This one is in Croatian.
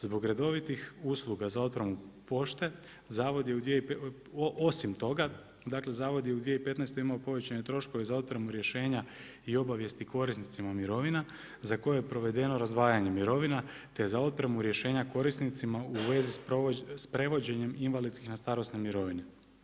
Zbog redovitih usluga za otpremu pošte osim toga zavod je u 2015. imao povećane troškove za otpremu rješenja i obavijesti korisnicima mirovina za koje je provedeno razdvajanje mirovina te za otpremu rješenja korisnicima u vezi s prevođenjem invalidskih na starosne mirovine.